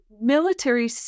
military